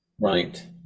Right